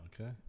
Okay